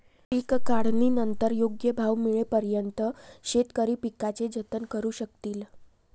पीक काढणीनंतर योग्य भाव मिळेपर्यंत शेतकरी पिकाचे जतन करू शकतील